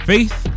Faith